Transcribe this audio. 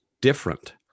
different